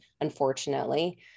unfortunately